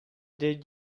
did